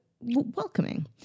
welcoming